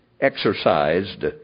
exercised